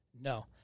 No